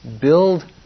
build